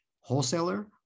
wholesaler